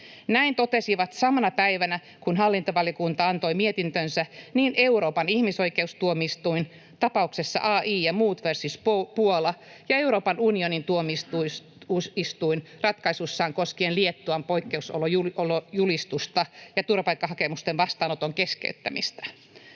Näin totesivat — samana päivänä kun hallintovaliokunta antoi mietintönsä — niin Euroopan ihmisoikeustuomioistuin tapauksessa A. I. ja muut versus Puola kuin Euroopan unionin tuomioistuin ratkaisussaan koskien Liettuan poikkeusolojulistusta ja turvapaikkahakemusten vastaanoton keskeyttämistä.